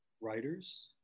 writers